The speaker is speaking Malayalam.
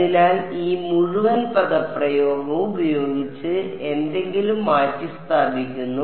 അതിനാൽ ഈ മുഴുവൻ പദപ്രയോഗവും ഉപയോഗിച്ച് എന്തെങ്കിലും മാറ്റിസ്ഥാപിക്കുന്നു